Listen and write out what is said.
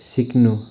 सिक्नु